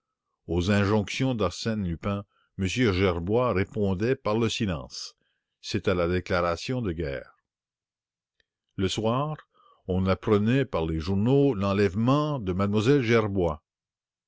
aux injonctions d'arsène lupin m gerbois répondait par le silence c'était la déclaration de guerre le soir on apprenait par les journaux l'enlèvement de m lle gerbois